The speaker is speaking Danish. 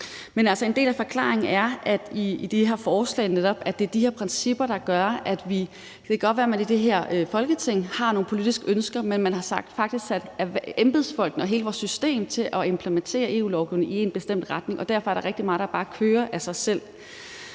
her forslag er altså netop, at det er de her principper, der gør det. Og det kan godt være, at man i det her Folketinget har nogle politiske ønsker, men man har faktisk også sat embedsfolkene og hele vores system til at implementere EU-lovgivningen i en bestemt retning, og derfor er der rigtig meget, der bare kører af sig selv.